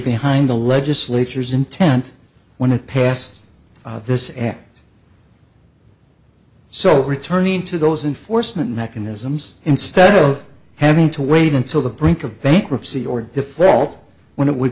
behind the legislature's intent when it passed this act so returning to those enforcement mechanisms instead of having to wait until the brink of bankruptcy or default when